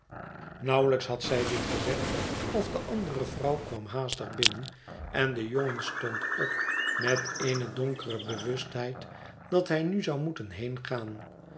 nauwelijks had zij dit gezegd of de andere vrouw kwam haastig binnen en de jongen stond op met eene donkere bewustheid dat hij nu zou moeten